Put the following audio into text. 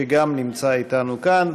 שגם נמצא איתנו כאן.